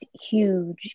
huge